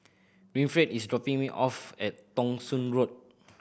Winfred is dropping me off at Thong Soon Road